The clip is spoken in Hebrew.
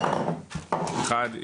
אחד,